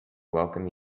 welcome